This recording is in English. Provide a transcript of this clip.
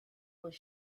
was